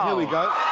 um we go.